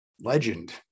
legend